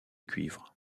cuivre